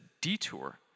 detour